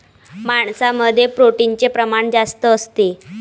मांसामध्ये प्रोटीनचे प्रमाण जास्त असते